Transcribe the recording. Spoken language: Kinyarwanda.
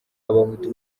abahutu